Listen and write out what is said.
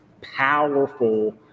powerful